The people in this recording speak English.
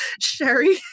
Sherry